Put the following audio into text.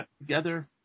together